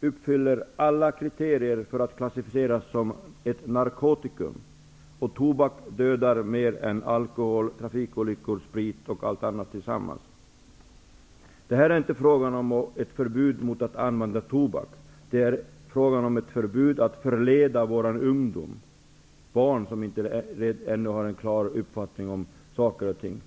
uppfyller alla kriterier för att klassificeras som ett narkotikum. Tobak dödar mer än alkohol och trafikolyckor tillsammans. Det är här inte fråga om ett förbud mot att använda tobak. Det är fråga om ett förbud att förleda våra ungdomar och barn under 16 år som ännu inte har en klar uppfattning om saker och ting.